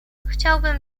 chciałbym